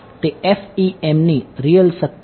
તે FEMની રિયલ શક્તિ છે